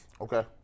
Okay